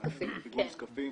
בפיגום זקפים.